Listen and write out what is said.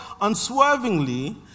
unswervingly